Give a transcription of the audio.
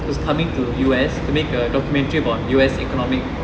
he was coming to U_S to make a documentary about U_S economic